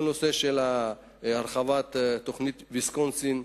כל הנושא של הרחבת תוכנית ויסקונסין,